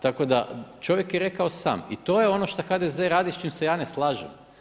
Tako da čovjek je rekao i sam i to je ono što HDZ radi, s čim se ja ne slažem.